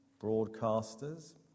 broadcasters